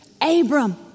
Abram